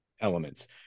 elements